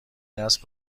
نسل